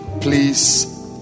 Please